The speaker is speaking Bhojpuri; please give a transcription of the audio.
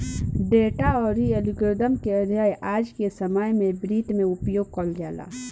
डेटा अउरी एल्गोरिदम के अध्ययन आज के समय में वित्त में उपयोग कईल जाला